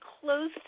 close